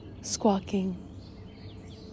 squawking